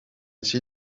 see